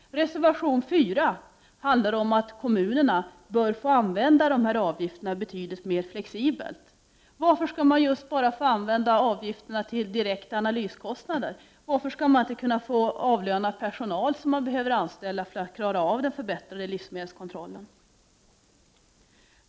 Reservation 4 handlar om att kommunerna bör få använda dessa avgifter på ett betydligt flexiblare sätt. Varför skall avgifterna få användas endast till direkta analyskostnader? Varför skall kommunerna inte få avlöna den personal som behöver anställas för att klara av den förbättrade livsmedelskontrollen?